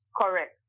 Correct